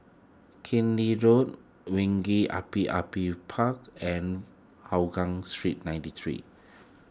Road Api Api Park and Hougang Street ninety three